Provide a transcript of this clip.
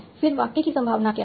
फिर वाक्य की संभावना क्या है